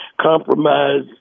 compromise